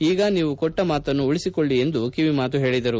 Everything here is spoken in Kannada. ಈಗ ನೀವು ಕೊಟ್ಟ ಮಾತನ್ನು ಉಳಿಸಿಕೊಳ್ಳಿ ಎಂದು ಕಿವಿ ಮಾತು ಹೇಳಿದರು